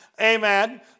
Amen